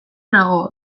nago